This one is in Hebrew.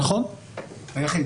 היחיד.